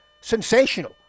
sensational